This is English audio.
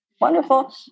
wonderful